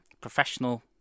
professional